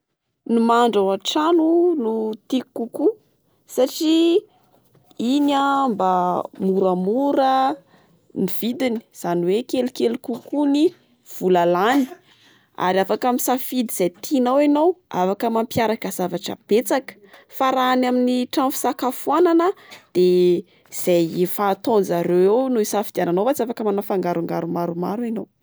Ny mahandro ao an-trano no tiako kokoa, satria iny ah mba moramora ny vidiny. Izany hoe kelikely kokoa ny vola lany. Ary afaka misafidy izay tianao enao- afaka mampiaraka zavatra betsaka. Fa raha any amin'ny trano fisakafoanana de izay efa ataon'zareo eo no isafidiananao fa tsy afaka manao fangarongaro maromaro enao.